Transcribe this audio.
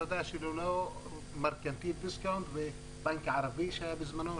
אתה יודע שללא מרכנתיל דיסקונט ובנק ערבי שהיה בזמנו,